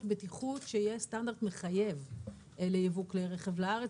בטיחות שיהיה סטנדרט מחייב ליבוא כלי רכב לארץ.